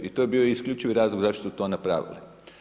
I to je bio isključivi razlog zašto su sto napravili.